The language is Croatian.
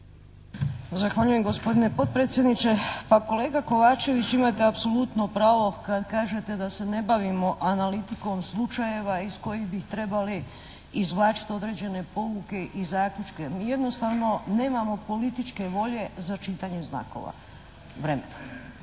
Zahvaljujem gospodine potpredsjedniče. Pa kolega Kovačević, imate apsolutno pravo kad kažete da se ne bavimo analitikom slučajeva iz kojih bi trebali izvlačit određene pouke i zaključke. Mi jednostavno nemamo političke volje za čitanje znakova, vremena.